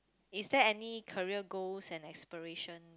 is there any career goals and aspiration